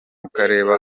ukareba